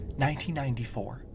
1994